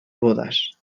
bodas